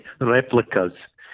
replicas